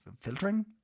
Filtering